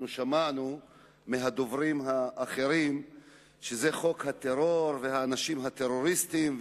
שמענו מהדוברים האחרים שזה חוק הטרור והאנשים הטרוריסטים,